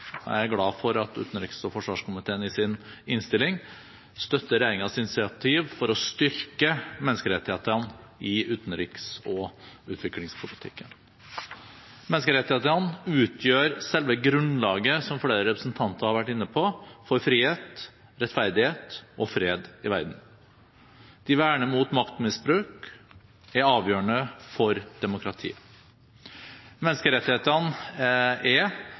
Jeg er glad for at utenriks- og forsvarskomiteen i sin innstilling støtter regjeringens initiativ for å styrke menneskerettighetene i utenriks- og utviklingspolitikken. Menneskerettighetene utgjør selve grunnlaget – som flere representanter har vært inne på – for frihet, rettferdighet og fred i verden. De verner mot maktmisbruk og er avgjørende for demokratiet. Menneskerettighetene er